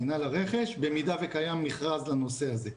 מינהל הרכש במידה וקיים מכרז לנושא הזה.